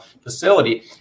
facility